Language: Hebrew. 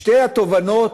שתי התובנות,